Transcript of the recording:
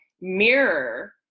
mirror